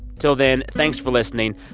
till then, thanks for listening.